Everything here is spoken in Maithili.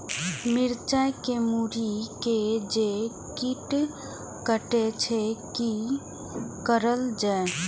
मिरचाय के मुरी के जे कीट कटे छे की करल जाय?